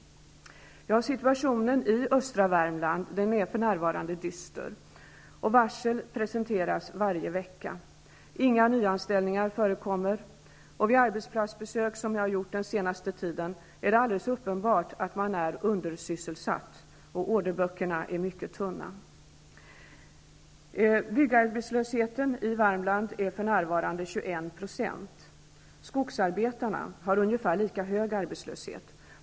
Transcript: Situationen i östra Värmland är för närvarande dyster. Varsel presenteras varje vecka. Inga nyanställningar förekommer. Vid de arbetsplatsbesök som jag gjort under den senaste tiden har det framkommit alldeles uppenbart att man är undersysselsatt. Orderböckerna är mycket tunna. 21 %. Skogsarbetarna har ungefär lika hög arbetslöshet.